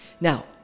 Now